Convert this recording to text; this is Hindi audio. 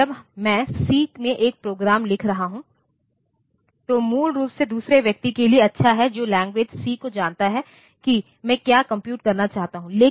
तो जब मैं सी में एक प्रोग्राम लिख रहा हूं तो मूल रूप से दूसरे व्यक्ति के लिए अच्छा है जो लैंग्वेज सी को जानता है कि मैं क्या कंप्यूट करना चाहता हूं